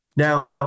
Now